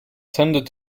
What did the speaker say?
tended